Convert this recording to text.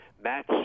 Matt